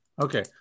Okay